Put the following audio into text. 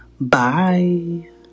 Bye